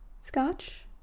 Scotch